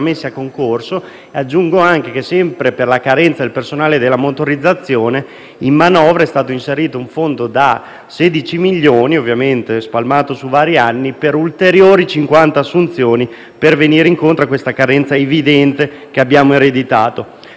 messi a concorso. Aggiungo anche che, sempre per la carenza del personale della Motorizzazione, in manovra è stato inserito un fondo da 16 milioni di euro, ovviamente spalmato su vari anni, per ulteriori cinquanta assunzioni per venire incontro a questa carenza evidente che abbiamo ereditato.